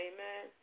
Amen